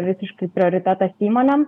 visiškai prioritetas įmonėm